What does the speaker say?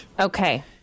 Okay